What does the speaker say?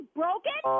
broken